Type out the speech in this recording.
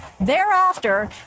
Thereafter